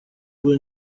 will